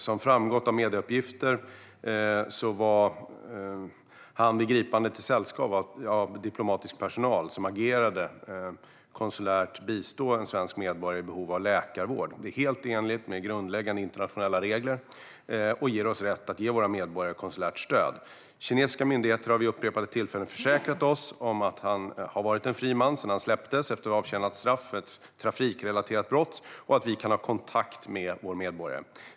Som framgått av medieuppgifter var han vid gripandet i sällskap av diplomatisk personal som agerade för att konsulärt bistå en svensk medborgare i behov av läkarvård. Det är helt i enlighet med grundläggande internationella regler som ger oss rätt att ge våra medborgare konsulärt stöd. Kinesiska myndigheter har vid upprepade tillfällen försäkrat oss om att han har varit en fri man sedan han släpptes efter att ha avtjänat sitt straff för ett trafikrelaterat brott och att vi kan ha kontakt med vår medborgare.